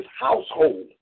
household